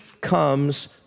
comes